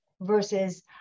versus